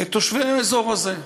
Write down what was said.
את תושבי האזור הזה.